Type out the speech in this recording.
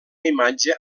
imatge